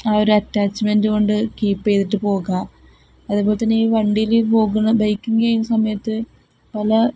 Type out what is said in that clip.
ആ ഒരു അറ്റാച്ച്മെൻറ് കൊണ്ട് കീപ്പ് ചെയ്തിട്ട് പോകാം അതുപോലെ തന്നെ ഈ വണ്ടിയിൽ പോകുന്ന ബൈക്കിങ് ചെയ്യുന്ന സമയത്ത് പല